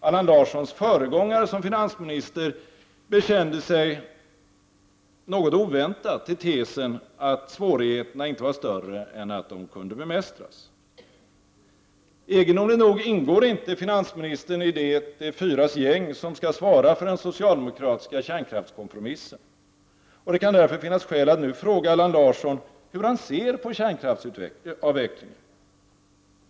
Allan Larssons föregångare som finansminister bekände sig något oväntat till tesen att svårigheterna inte var större än att de kunde bemästras. Egendomligt nog ingår inte finansministern i det de fyras gäng som skall svara för den socialdemokratiska kärnkraftskompromissen. Det kan därför finnas skäl att nu fråga Allan Larsson hur han ser på kärnkraftsavvecklingen.